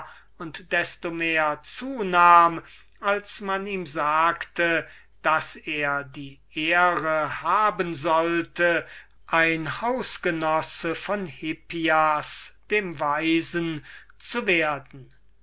und die nur desto mehr zunahm wie er hörte daß er die ehre haben sollte ein haus genosse von hippias dem weisen zu werden